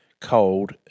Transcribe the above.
cold